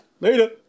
Later